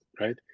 right